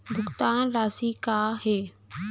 भुगतान राशि का हे?